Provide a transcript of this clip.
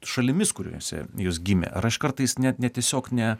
šalimis kuriose jos gimė ar aš kartais net ne tiesiog ne